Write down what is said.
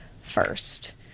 first